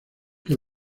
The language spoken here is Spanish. que